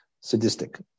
sadistic